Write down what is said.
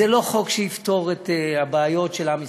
זה לא חוק שיפתור את הבעיות של עם ישראל,